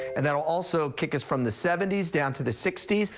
and that'll also kick us from the seventy s down to the sixty s.